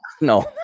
No